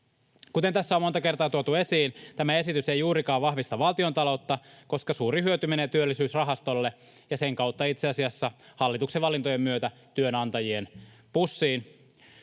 Kuten tässä on monta kertaa tuotu esiin, tämä esitys ei juurikaan vahvista valtiontaloutta, koska suurin hyöty menee Työllisyysrahastolle ja sen kautta itse asiassa, hallituksen valintojen myötä, työnantajien pussiin.